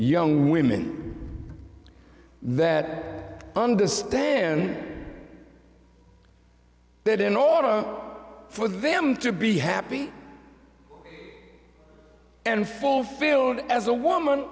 young women that understand that in order for them to be happy and fulfilled as a woman